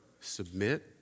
submit